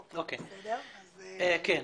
אז סליחה.